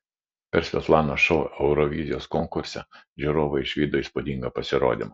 per svetlanos šou eurovizijos konkurse žiūrovai išvydo įspūdingą pasirodymą